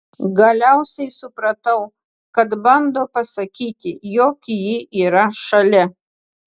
galiausiai supratau kad bando pasakyti jog ji yra šalia